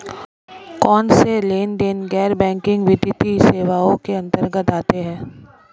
कौनसे लेनदेन गैर बैंकिंग वित्तीय सेवाओं के अंतर्गत आते हैं?